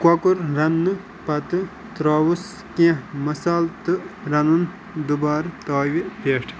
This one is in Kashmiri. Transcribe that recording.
کۄکُر رننہٕ پتہٕ ترٛاوُس کیٚنٛہہ مصالہٕ تہٕ رَنُن دُبارٕ تاوِ پیٚٹھ